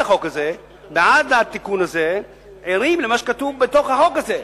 התיקון הזה ערים למה שכתוב בתוך החוק הזה.